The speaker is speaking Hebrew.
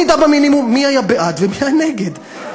מי היה בעד ומי היה נגד,